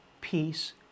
peace